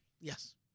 Yes